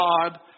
God